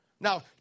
Now